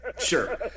Sure